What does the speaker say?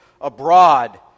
abroad